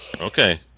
Okay